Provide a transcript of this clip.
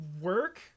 work